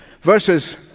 Verses